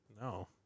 no